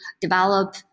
develop